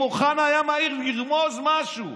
אם אוחנה היה מעז לרמוז משהו,